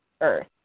Earth